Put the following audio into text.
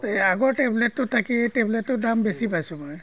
এই আগৰ টেবলেটটো তাকে এই টেবলেটটোৰ দাম বেছি পাইছোঁ মই